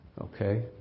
Okay